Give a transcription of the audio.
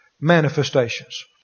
manifestations